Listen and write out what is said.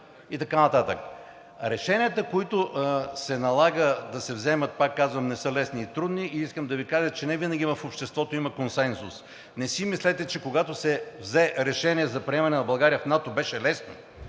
и така нататък. Решенията, които се налага да се вземат, пак казвам, не са лесни и трудни. Искам да Ви кажа, че невинаги в обществото има консенсус. Не си мислете, че когато се взе решението за приемане на България в НАТО, беше лесно.